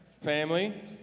family